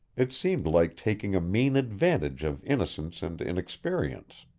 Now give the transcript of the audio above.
it seemed like taking a mean advantage of innocence and inexperience.